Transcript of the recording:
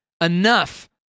enough